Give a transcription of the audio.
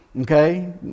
okay